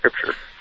Scripture